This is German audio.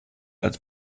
als